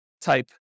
type